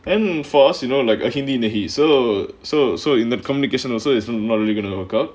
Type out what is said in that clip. and for us you know like a hindi in he so so so in that communication also is not really going to occur